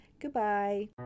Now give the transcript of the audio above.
Goodbye